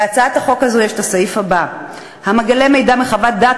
בהצעת החוק הזאת יש את הסעיף הבא: "המגלה מידע מחוות דעת,